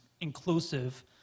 inclusive